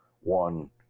one